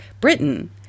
Britain